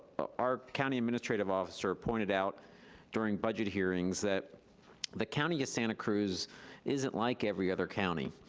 our county administrative officer pointed out during budget hearings that the county of santa cruz isn't like every other county.